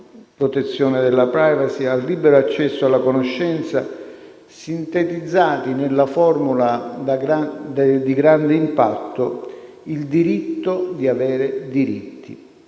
protezione della *privacy*, al libero accesso alla conoscenza, sintetizzati nella formula di grande impatto: il diritto di avere diritti.